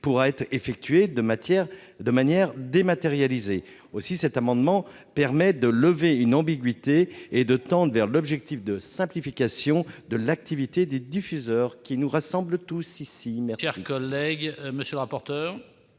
pourra être effectuée de manière dématérialisée. La disposition prévue permet ainsi de lever une ambiguïté et de tendre vers l'objectif de simplification de l'activité des diffuseurs, qui nous rassemble tous. Quel